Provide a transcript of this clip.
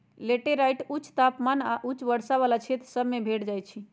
laterite माटि उच्च तापमान आऽ उच्च वर्षा वला क्षेत्र सभ में भेंट जाइ छै